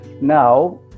now